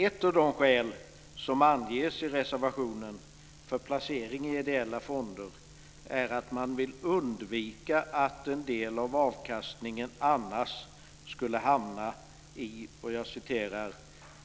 Ett av de skäl som anges i reservationen för placering i ideella fonder är att man vill undvika att en del av avkastningen annars skulle hamna i